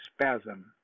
spasm